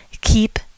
keep